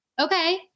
Okay